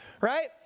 Right